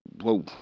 whoa